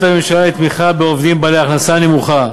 הממשלה לתמיכה בעובדים בעלי הכנסה נמוכה,